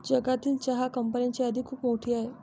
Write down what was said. जगातील चहा कंपन्यांची यादी खूप मोठी आहे